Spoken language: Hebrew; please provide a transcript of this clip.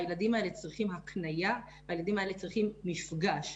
הילדים צריכים הקנייה והילדים האלה צריכים מפגש,